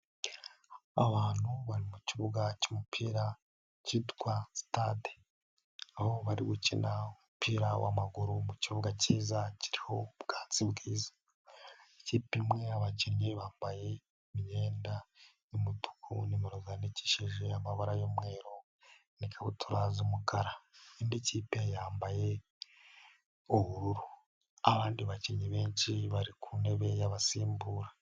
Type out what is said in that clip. Abantu bari mu kibuga cy'umupira cyitwa sitade. Aho bari gukina umupira w'amaguru mu kibuga cyiza kiriho ubwatsi bwiza. Ikipe imwe abakinnyi bambaye imyenda y'umutuku n'imero zandikishije amabara y'umweru n'ikabutura z'umukara. Indi kipe yambaye ubururu. Abandi bakinnyi benshi bari ku ntebe y'abasimbura.